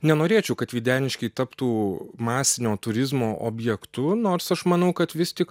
nenorėčiau kad videniškiai taptų masinio turizmo objektu nors aš manau kad vis tik